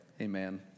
amen